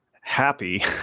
happy